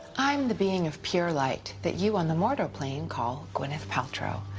i'm the being of pure light that you on the mortal plane call gwyneth paltrow.